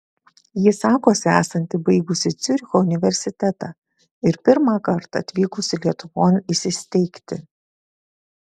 ji sakosi esanti baigusi ciuricho universitetą ir pirmąkart atvykusi lietuvon įsisteigti